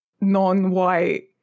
non-white